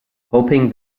hoping